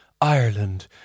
Ireland